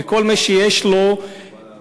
וכל מי שיש לו שכל,